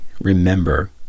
remember